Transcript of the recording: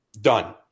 Done